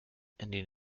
ending